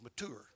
mature